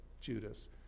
Judas